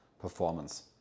performance